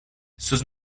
sus